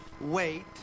wait